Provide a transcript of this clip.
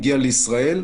הגיע לישראל,